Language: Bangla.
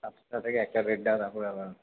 সাতটা থেকে একটা দেড়টা তারপরে আবার